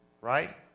Right